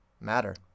matter